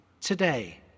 Today